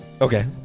Okay